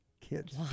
kids